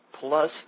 Plus